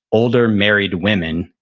older married women.